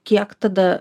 kiek tada